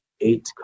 eight